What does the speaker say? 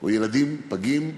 או ילדים פגים.